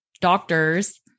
doctors